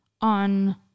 on